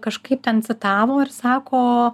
kažkaip ten citavo ir sako